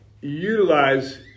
utilize